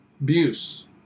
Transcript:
abuse